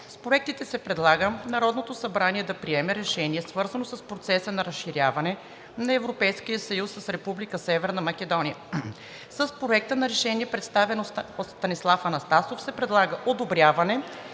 С проектите се предлага Народното събрание да приеме решение, свързано с процеса на разширяване на ЕС с Република Северна Македония. С Проекта на решение, представен от Станислав Анастасов, се предлага одобряване